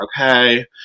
okay